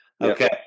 Okay